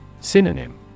Synonym